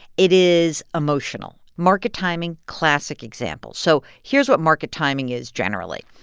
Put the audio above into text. it is emotional. market timing classic example. so here's what market timing is generally.